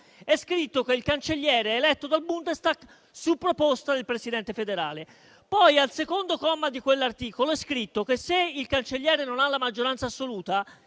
è scritto che il cancelliere è eletto dal Bundestag su proposta del Presidente federale. Al secondo comma di quell'articolo è scritto che se il Cancelliere non ha la maggioranza assoluta,